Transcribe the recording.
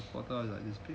我到了